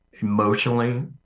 emotionally